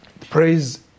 praise